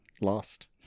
Lost